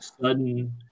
sudden